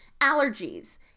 Allergies